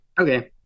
Okay